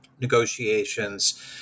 negotiations